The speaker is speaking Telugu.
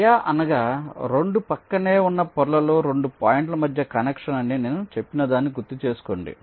వయా అనగా 2 ప్రక్కనే ఉన్న పొరలలో 2 పాయింట్ల మధ్య కనెక్షన్ అని నేను చెప్పినదాన్ని గుర్తుచేసుకోండి